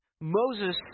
Moses